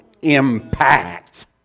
impact